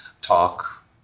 talk